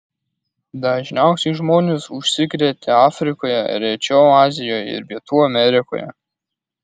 dažniausiai žmonės užsikrėtė afrikoje rečiau azijoje ir pietų amerikoje